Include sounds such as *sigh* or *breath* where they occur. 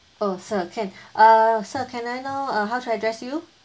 oh sir can *breath* uh sir can I know uh how to address you